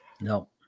No